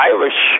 Irish